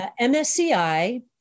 MSCI